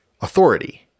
authority